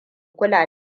kula